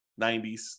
90s